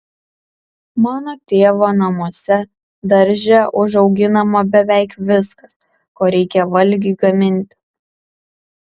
mano tėvo namuose darže užauginama beveik viskas ko reikia valgiui gaminti